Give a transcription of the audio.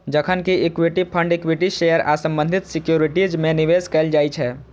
जखन कि equity fund equity share आ संबंधित सिक्योरिटीज मे निवेश कैल जाइ छै